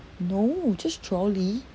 no just trolley